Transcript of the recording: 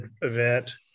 event